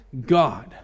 God